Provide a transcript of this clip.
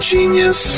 Genius